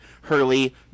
Hurley